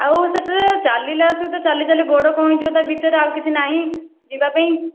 ଆଉ ସେଥିରେ ଚାଲିଲା ବେଳେ ଚାଲି ଚାଲି ଗୋଡ଼ କ'ଣ ହେଇଯିବ ତା ଭିତରେ ଆଉ କିଛି ନାହିଁ ଯିବା ପାଇଁ